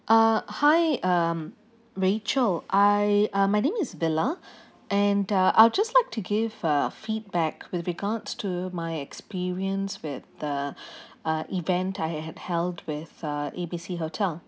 uh hi um rachel I uh my name is vila and uh I'd just like to give uh feedback with regards to my experience with the uh event I had held with uh A B C hotel